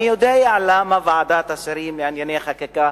אני יודע למה ועדת השרים לענייני חקיקה